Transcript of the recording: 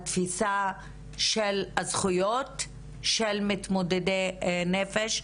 התפיסה של הזכויות של מתמודדי נפש,